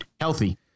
healthy